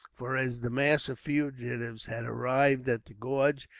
for as the mass of fugitives had arrived at the gorge,